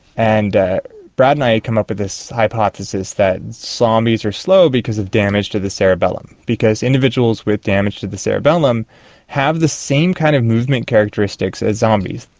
and brad and i came up with this hypothesis that zombies are slow because of damage to the cerebellum, because individuals with damage to the cerebellum have the same kind of movement characteristics as zombies.